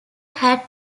had